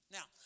Now